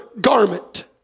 garment